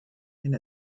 and